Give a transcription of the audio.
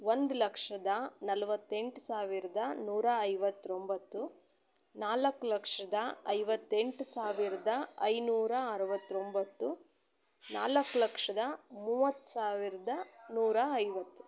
ಒಂದು ಲಕ್ಷದ ನಲ್ವತ್ತೆಂಟು ಸಾವಿರದ ನೂರಾ ಐವತ್ತೊಂಬತ್ತು ನಾಲ್ಕು ಲಕ್ಷದ ಐವತ್ತೆಂಟು ಸಾವಿರದ ಐನೂರಾ ಅರ್ವತ್ತೊಂಬತ್ತು ನಾಲ್ಕು ಲಕ್ಷದ ಮೂವತ್ತು ಸಾವಿರದ ನೂರ ಐವತ್ತು